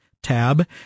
Tab